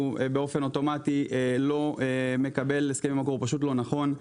באופן אוטומטי לא מקבל הסכם במקור הוא פשוט לא נכון.